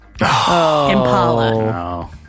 Impala